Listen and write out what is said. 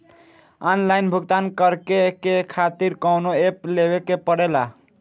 Online भुगतान करके के खातिर कौनो ऐप लेवेके पड़ेला?